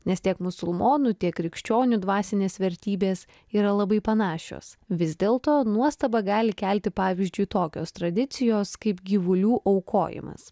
nes tiek musulmonų tiek krikščionių dvasinės vertybės yra labai panašios vis dėlto nuostabą gali kelti pavyzdžiui tokios tradicijos kaip gyvulių aukojimas